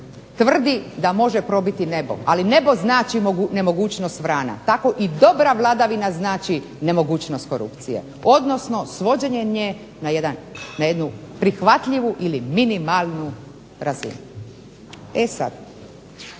tvrdi da može probiti nebo, ali nebo znači nemogućnost vrana. Tako i dobra vladavina znači nemogućnost korupcije, odnosno svođenje na jednu prihvatljivu ili minimalnu razinu. E sad,